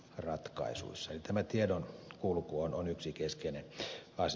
eli tämä tiedonkulku on yksi keskeinen asia